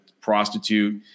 prostitute